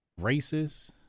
racist